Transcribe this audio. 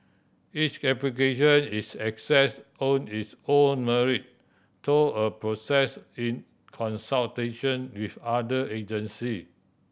each application is assess on its own merit through a process in consultation with other agency